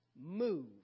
move